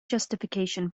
justification